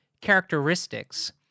characteristics